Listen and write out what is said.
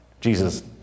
Jesus